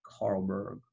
Carlberg